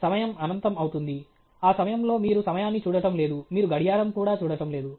సమయం అనంతం అవుతుంది ఆ సమయంలో మీరు సమయాన్ని చూడటం లేదు మీరు గడియారం కూడా చూడటం లేదు